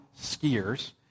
skiers